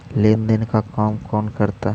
लेन देन का काम कौन करता है?